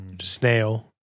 snail